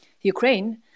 Ukraine